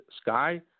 sky